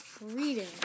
reading